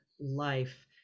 life